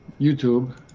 YouTube